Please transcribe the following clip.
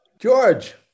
George